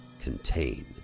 Contain